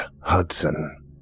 Hudson